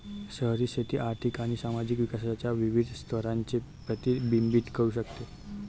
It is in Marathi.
शहरी शेती आर्थिक आणि सामाजिक विकासाच्या विविध स्तरांचे प्रतिबिंबित करू शकते